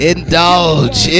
Indulge